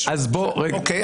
אוקיי.